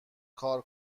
کار